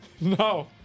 No